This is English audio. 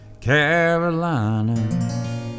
Carolina